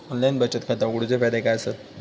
Online बचत खाता उघडूचे फायदे काय आसत?